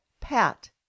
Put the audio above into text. pat